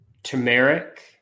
Turmeric